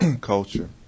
culture